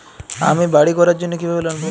আমি বাড়ি করার জন্য কিভাবে লোন পাব?